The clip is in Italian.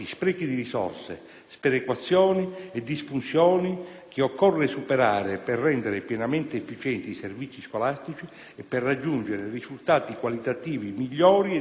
sperequazioni e disfunzioni che occorre superare per rendere pienamente efficienti i servizi scolastici e per raggiungere risultati qualitativi migliori e di più alto profilo.